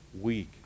week